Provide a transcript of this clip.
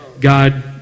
God